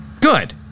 Good